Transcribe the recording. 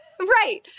Right